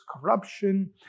corruption